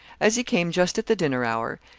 as he came just at the dinner hour,